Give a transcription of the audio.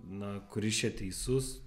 na kuris čia teisus